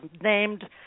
named